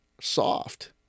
soft